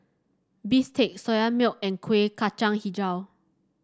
bistake Soya Milk and Kuih Kacang hijau